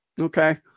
okay